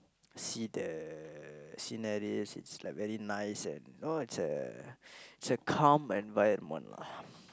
see the sceneries it's like very nice and know it's uh it's a calm environment lah